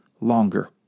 longer